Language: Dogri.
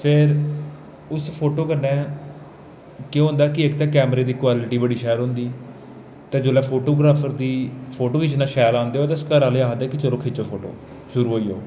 ते फिर उस फोटो कन्नै केह् होंदा की इक ते कैमरे दी क्वालिटी बड़ी शैल होंदी ते जेल्लै फोटोग्राफर गी फोटो खिच्चना शैल औंदे होऐ तो उसी घरै आह्ले बी आखदे कि चलो खिच्चो फोटो शुरू होई जाओ